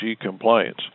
compliance